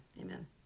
Amen